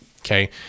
Okay